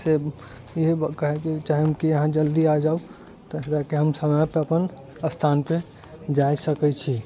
से इहे कहे के चाहब जे अहाँ जल्दी आ जाउ तब जाके हम समय पर अपन स्थान पे जा सकै छी